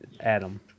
Adam